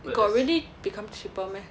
got really become cheaper meh